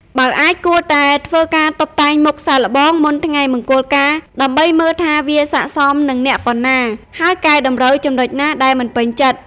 បើអាច គួរធ្វើការតុបតែងមុខសាកល្បងមុនថ្ងៃមង្គលការ ដើម្បីមើលថាវាស័ក្តិសមនឹងអ្នកប៉ុណ្ណា ហើយកែតម្រូវចំណុចណាដែលមិនពេញចិត្ត ។